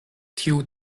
tiu